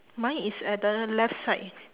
mine is at the left side